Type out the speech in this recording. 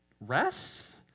rest